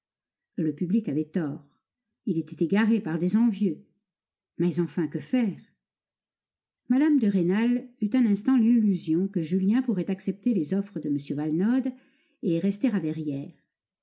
le public avait tort il était égaré par des envieux mais enfin que faire mme de rênal eut un instant l'illusion que julien pourrait accepter les offres de m valenod et rester à